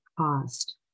Cost